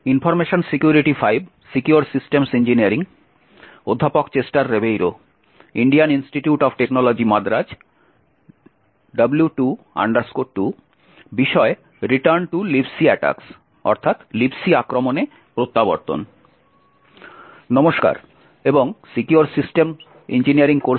নমস্কার এবং secure system engineering কোর্সের এই বক্তৃতায় স্বাগতম